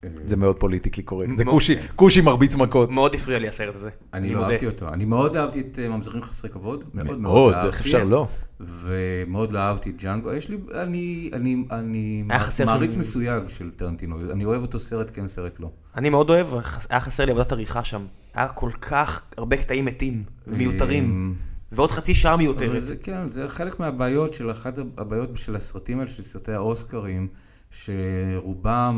זה מאוד פוליטיקלי קורקט, זה כושי כושי מרביץ ממכות. מאוד הפריע לי הסרט הזה. אני לא אהבתי אותו. אני מאוד אהבתי את ממזרים חסרי כבוד. מאוד, איך אפשר לא. ומאוד לא אהבתי את ג'אנגו. יש לי, אני, אני, אנ..היה חסר שם.. מעריץ מסויג של טרנטינו. אני אוהב אותו סרט, כן, סרט לא. אני מאוד אוהב, היה חסר לי עבודת עריכה שם. היה כל כך הרבה קטעים מתים, מיותרים. ועוד חצי שעה מיותרת. כן, זה חלק מהבעיות של, אחת הבעיות של הסרטים האלה, של סרטי האוסקרים, שרובם